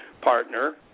partner